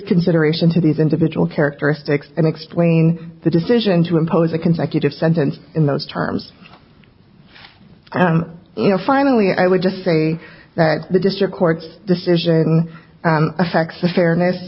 consideration to these individual characteristics and explain the decision to impose a consecutive sentence in those terms you know finally i would just say that the district court's decision affects the fairness